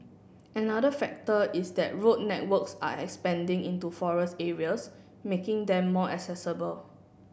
another factor is that road networks are expanding into forest areas making them more accessible